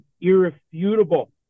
irrefutable